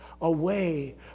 away